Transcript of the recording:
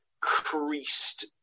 creased